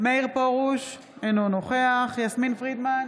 מאיר פרוש, אינו נוכח יסמין פרידמן,